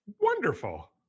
Wonderful